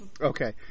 Okay